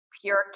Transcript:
pure